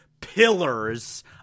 pillars